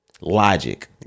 logic